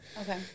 Okay